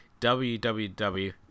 www